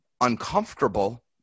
uncomfortable